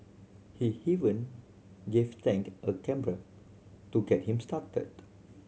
he even gave Tang a to get him started